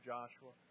Joshua